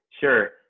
Sure